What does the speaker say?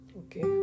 okay